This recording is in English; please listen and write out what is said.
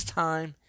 time